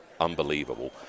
unbelievable